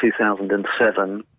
2007